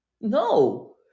No